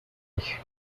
dije